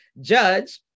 judge